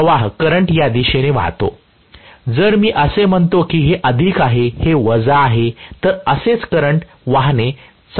जर मी असे म्हणतो की हे अधिक आहे आणि हे वजा आहे तर असेच करंट वाहने चालू राहील